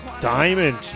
Diamond